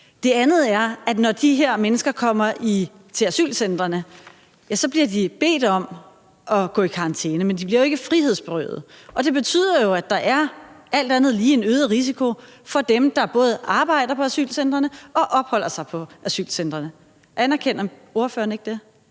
Det andet er, at når de her mennesker kommer til asylcentrene, bliver de bedt om at gå i karantæne, men de bliver jo ikke frihedsberøvet. Og det betyder jo, at der alt andet lige er en øget risiko både for dem, der arbejder på asylcentrene, og for dem, der opholder sig på asylcentrene. Anerkender ordføreren ikke det?